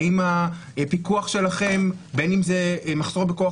האם הפיקוח שלכם בין אם זה מחסור בכוח